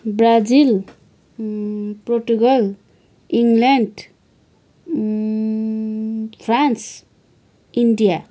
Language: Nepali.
Brazil Portugal England France India